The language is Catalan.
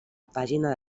pàgina